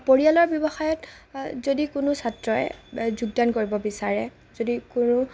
পৰিয়ালৰ ব্যৱসায়ত যদি কোনো ছাত্ৰই যোগদান কৰিব বিচাৰে যদি কোনো